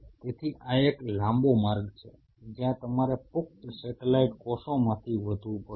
તેથી આ એક લાંબો માર્ગ છે જ્યાં તમારે પુખ્ત સેટેલાઈટ કોષોમાંથી વધવું પડશે